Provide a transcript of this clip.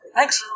Thanks